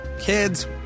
Kids